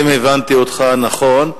אם הבנתי אותך נכון,